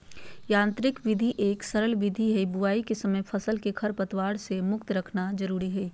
यांत्रिक विधि एक सरल विधि हई, बुवाई के समय फसल के खरपतवार से मुक्त रखना जरुरी हई